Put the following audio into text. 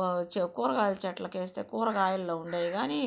వచ్చే కూరగాయల చెట్లకి వేస్తే కూరగాయల్లో ఉండేది కాని